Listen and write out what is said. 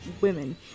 women